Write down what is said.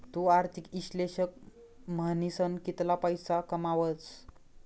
तु आर्थिक इश्लेषक म्हनीसन कितला पैसा कमावस